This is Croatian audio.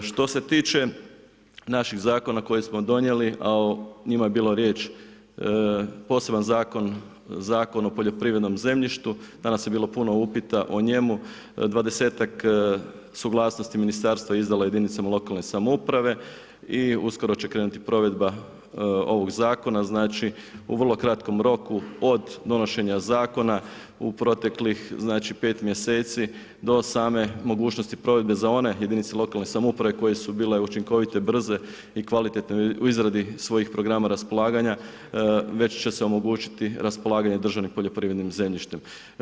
Što se tiče naših zakona koji smo donijeli, a o njima je bilo riječ, poseban zakon, Zakon o poljoprivrednom zemljištu, danas je bilo puno upita o njemu, 20-tak suglasnosti ministarstva izdalo je jedinicama lokalne samouprave i uskoro će krenuti provedba ovog zakona, znači u vrlo kratkom roku od donošenja zakona u proteklih 5 mj. do same mogućnosti provedbe za one jedinice lokalne samouprave koje su bile učinkovite, brze i kvalitetne u izradi svojih programa raspolaganja, već će se omogućiti raspolaganje državnim poljoprivrednim zemljištem.